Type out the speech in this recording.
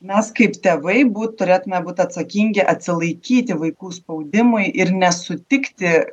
mes kaip tėvai būt turėtume būt atsakingi atsilaikyti vaikų spaudimui ir nesutikti